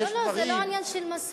לא לא, זה לא עניין של מסורת,